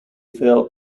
failed